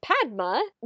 Padma